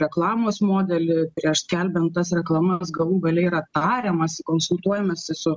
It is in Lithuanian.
reklamos modelį prieš skelbiant tas reklamas galų gale yra tariamasi konsultuojamasi su